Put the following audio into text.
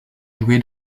joué